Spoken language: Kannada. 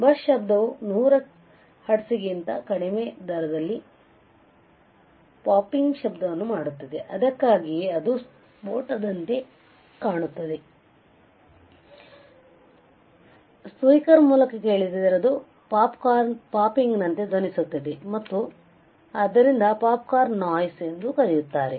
ಬರ್ಸ್ಟ್ ಶಬ್ದವು 100 ಹರ್ಟ್ಜ್ಗಿಂತ ಕಡಿಮೆ ದರದಲ್ಲಿ ಪಾಪಿಂಗ್ ಶಬ್ದವನ್ನು ಮಾಡುತ್ತದೆ ಅದಕ್ಕಾಗಿಯೇ ಅದು ಸ್ಫೋಟದಂತೆ ಕಾಣುತ್ತದೆ ಸ್ಪೀಕರ್ ಮೂಲಕ ಕೇಳಿದರೆ ಅದು ಪಾಪ್ಕಾರ್ನ್ ಪಾಪಿಂಗ್ನಂತೆ ಧ್ವನಿಸುತ್ತದೆ ಮತ್ತು ಆದ್ದರಿಂದ ಪಾಪ್ಕಾರ್ನ್ ನಾಯ್ಸ್ ಎಂದೂ ಕರೆಯುತ್ತಾರೆ